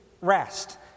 rest